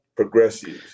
progressives